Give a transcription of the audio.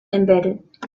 embedded